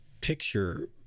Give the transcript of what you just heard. picture